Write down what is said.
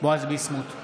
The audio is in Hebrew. בועז ביסמוט,